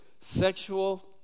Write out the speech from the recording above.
sexual